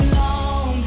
long